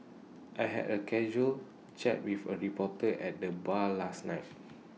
I had A casual chat with A reporter at the bar last night